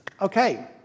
Okay